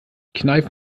kneif